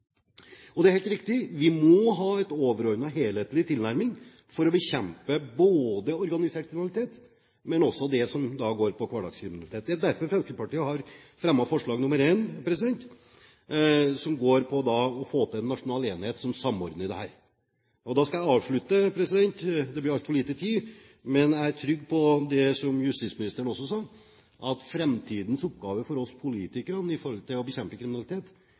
Det er helt riktig, vi må ha en overordnet helhetlig tilnærming for å bekjempe både organisert kriminalitet og hverdagskriminalitet. Det er derfor Fremskrittspartiet har fremmet forslag nr. 1, som går på å få til en nasjonal enhet som samordner dette. Da skal jeg avslutte – det blir altfor liten tid. Men jeg er trygg på det som justisministeren sa, at framtidens oppgave for oss politikere for å bekjempe kriminalitet